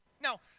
Now